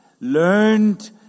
Learned